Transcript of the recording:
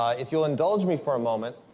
if you'll indulge me for a moment,